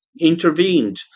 intervened